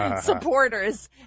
supporters